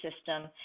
system